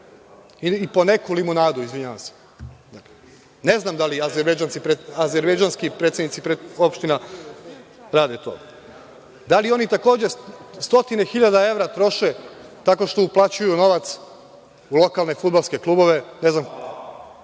I po neku limunadu, izvinjavam se. Ne znam da li azerbejdžanski predsednici opština rade to. Da li oni takođe stotine hiljada evra troše tako što uplaćuju novac u lokalne fudbalske klubove, pa onda